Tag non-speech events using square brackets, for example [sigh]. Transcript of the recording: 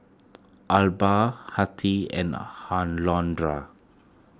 Arba Hettie and [unintelligible]